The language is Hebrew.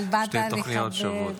שתי תוכניות שוות.